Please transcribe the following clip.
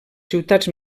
ciutats